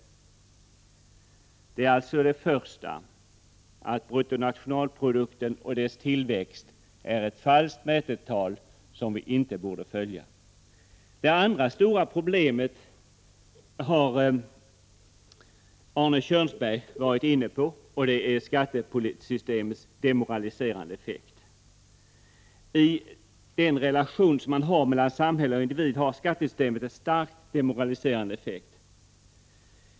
Detta var alltså det första: bruttonationalprodukten och dess tillväxt är ett falskt mätetal som vi inte borde följa. Det andra stora problemet har Arne Kjörnsberg varit inne på, och det är skattesystemets demoraliserande effekt.